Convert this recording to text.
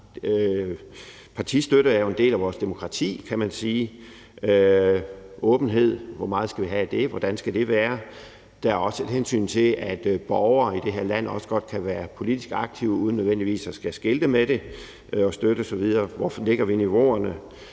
Partistøtte er jo en del af vores demokrati, kan man sige – åbenhed, og hvor meget vi skal have af det, og hvordan det skal være. Der er også et hensyn til, at borgere i det her land også godt kan være politisk aktive uden nødvendigvis at skulle skilte med det og støtte osv. Hvor lægger vi niveauerne?